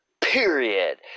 Period